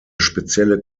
spezielle